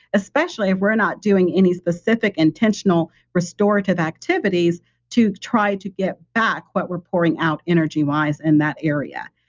especially if we're not doing any specific intentional restorative activities to try to get back what we're pouring out energy-wise in that area.